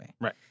Right